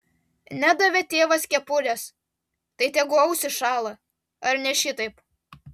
nedavė tėvas kepurės tai tegu ausys šąla ar ne šitaip